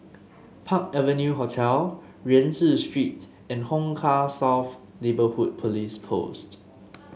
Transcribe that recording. Park Avenue Hotel Rienzi Street and Hong Kah South Neighbourhood Police Post